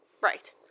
Right